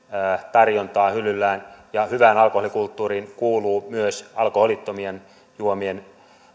tarjontaa hyllyillään ja hyvään alkoholikulttuuriin kuuluu myös alkoholittomien juomien